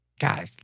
God